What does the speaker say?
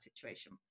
situation